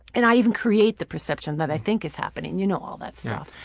and i even create the perception that i think is happening. you know all that stuff.